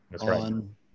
on